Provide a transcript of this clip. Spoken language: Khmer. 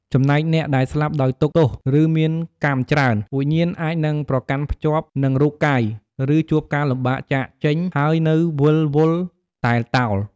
ចំណែកអ្នកដែលស្លាប់ដោយទុក្ខទោស ឬមានកម្មច្រើន វិញ្ញាណអាចនឹងប្រកាន់ភ្ជាប់នឹងរូបកាយ ឬជួបការលំបាកចាកចេញ ហើយនៅវិលវល់ តែលតោល។